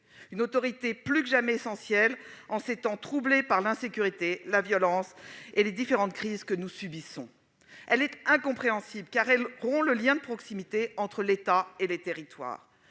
une autorité plus que jamais essentielle en ces temps troublés par l'insécurité, la violence et les différentes crises que nous subissons. Elle est incompréhensible, car elle rompt le lien de proximité entre l'État et les territoires,